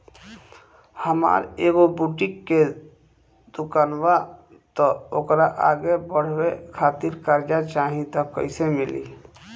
हमार एगो बुटीक के दुकानबा त ओकरा आगे बढ़वे खातिर कर्जा चाहि त कइसे मिली?